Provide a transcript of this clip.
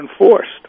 enforced